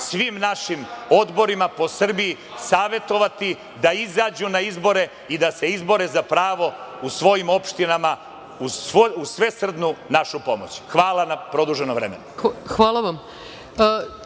svim našim odborima po Srbiji savetovati da izađu na izbore i da se izbore za pravo u svojim opštinama uz svesrdnu našu pomoć. Hvala na produženom vremenu.